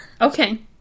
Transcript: Okay